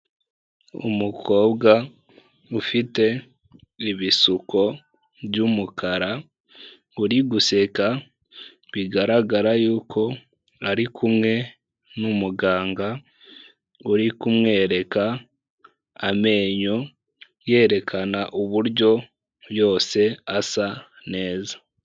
Umukobwa ufite ibisuko by'umukara uri guseka, bigaragara yuko ari kumwe n'umuganga uri kumwereka amenyo, yerekana uburyo yose asa neza.